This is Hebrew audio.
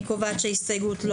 הצבעה ההסתייגות לא